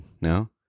no